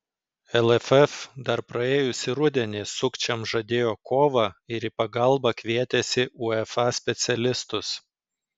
lff dar praėjusį rudenį sukčiams žadėjo kovą ir į pagalbą kvietėsi uefa specialistus